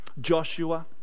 joshua